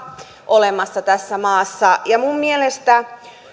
olemassa tässä maassa ja mielestäni